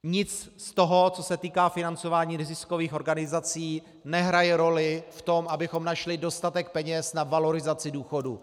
Nic z toho, co se týká financování neziskových organizací, nehraje roli v tom, abychom našli dostatek peněz na valorizaci důchodů.